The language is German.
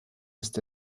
ist